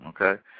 okay